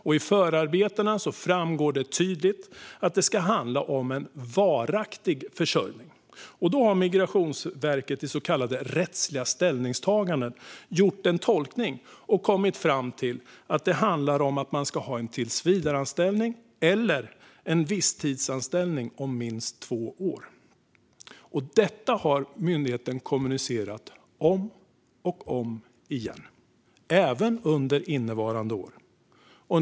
I förarbetena framgår tydligt att det ska handla om en varaktig försörjning. Det har Migrationsverket i så kallade rättsliga ställningstaganden gjort en tolkning av och kommit fram till att det handlar om att man ska ha en tillsvidareanställning eller en visstidsanställning om minst två år. Det här har myndigheten kommunicerat om och om igen, även under innevarande år.